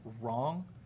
wrong